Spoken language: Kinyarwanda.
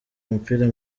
umupira